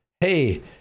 hey